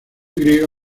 griega